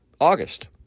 August